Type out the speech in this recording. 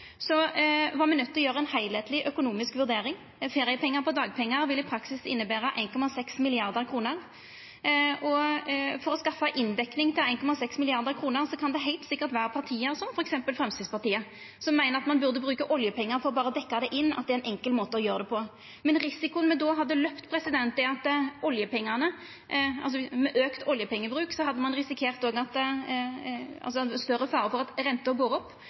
var me nøydde til å gjera ei heilskapleg økonomisk vurdering. Feriepengar på dagpengar ville i praksis innebera 1,6 mrd. kr, og for å skaffa inndekning for 1,6 mrd. kr kan det heilt sikkert vera parti – som f.eks. Framstegspartiet – som meiner at ein burde bruka oljepengar for å berre dekkja det inn, og at det er ein enkel måte å gjera det på. Men med auka oljepengebruk hadde det òg vore større fare for at